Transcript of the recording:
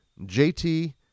JT